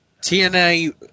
TNA